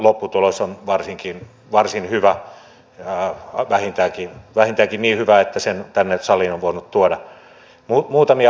lopputulos on varsin hyvä vähintäänkin niin hyvä että sen tänne saliin on voinut tuoda